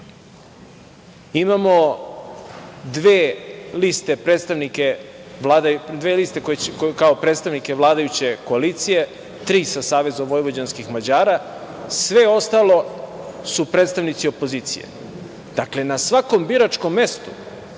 imamo dve liste kao predstavnike vladajuće koalicije, tri sa SVM, sve ostalo su predstavnici opozicije. Dakle, na svakom biračkom mestu